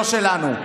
לא שלנו.